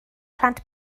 plant